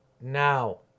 Now